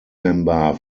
member